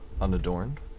unadorned